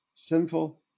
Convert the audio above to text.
Sinful